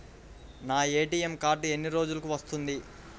నా ATM card ఎన్ని రోజులకు వస్తుంది?